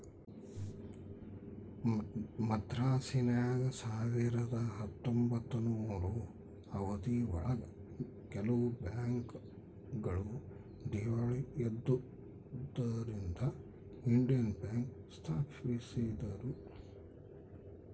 ಮದ್ರಾಸಿನಾಗ ಸಾವಿರದ ಹತ್ತೊಂಬತ್ತನೂರು ಅವಧಿ ಒಳಗ ಕೆಲವು ಬ್ಯಾಂಕ್ ಗಳು ದೀವಾಳಿ ಎದ್ದುದರಿಂದ ಇಂಡಿಯನ್ ಬ್ಯಾಂಕ್ ಸ್ಪಾಪಿಸಿದ್ರು